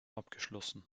abgeschlossen